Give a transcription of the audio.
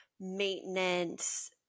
maintenance